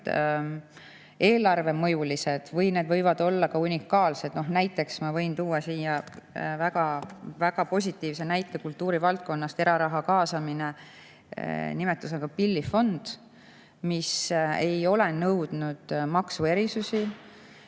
eelarvemõjulised või võivad olla ka unikaalsed … Näiteks ma võin tuua väga positiivse näite kultuurivaldkonnast: eraraha kaasamine pillifondi. See ei ole nõudnud maksuerisusi